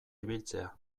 ibiltzea